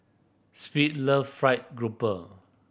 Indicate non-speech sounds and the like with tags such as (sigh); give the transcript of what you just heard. (unintelligible) love fried grouper